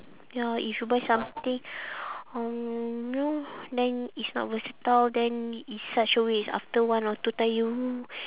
ya if you buy something um no then it's not versatile then it's such a waste after one or two time you